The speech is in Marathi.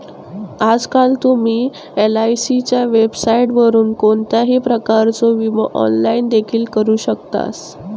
आजकाल तुम्ही एलआयसीच्या वेबसाइटवरून कोणत्याही प्रकारचो विमो ऑनलाइन देखील करू शकतास